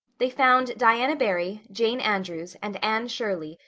they found diana barry, jane andrews, and anne shirley,